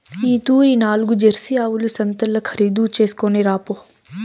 ఈ తూరి నాల్గు జెర్సీ ఆవుల సంతల్ల ఖరీదు చేస్కొని రాపో